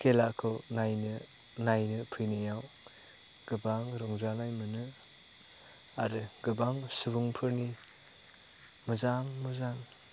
खेलाखौ नायनो नायनो फैनायाव गोबां रंजानाय मोनो आरो गोबां सुबुंफोरनि मोजां मोजां